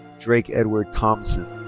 drake edward thomsen.